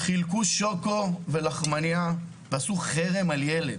חילקו שוקו ולחמנייה ועשו חרם על ילד